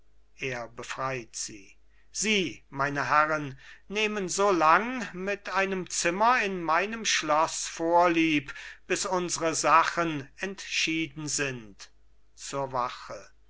er befreit sie sie meine herren nehmen so lang mit einem zimmer in meinem schloß vorlieb bis unsre sachen entschieden sind zur wache